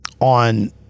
on